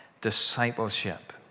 discipleship